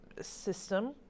system